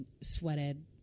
sweated